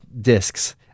discs